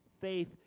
faith